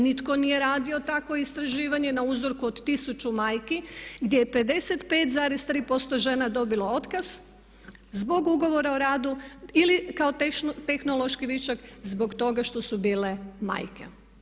Nitko nije radio takvo istraživanje na uzorku od 1000 majki gdje je 55,3% žena dobilo otkaz zbog ugovora o radu ili kao tehnološki višak zbog toga što su bile majke.